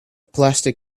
plastic